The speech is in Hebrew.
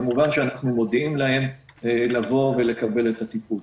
כמובן שאנחנו מודיעים להם לבוא ולקבל את הטיפול.